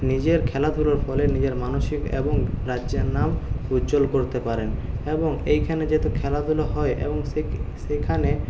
নিজের খেলাধুলোর ফলে নিজের মানসিক এবং রাজ্যের নাম উজ্জ্বল করতে পারেন এবং এখানে যেহেতু খেলাধুলা হয় এবং সেই সেখানে